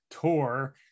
tour